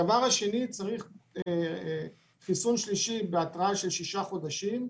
הדבר השני: צריך חיסון שלישי בהתראה של שישה חודשים.